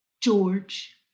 George